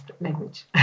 language